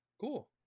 Cool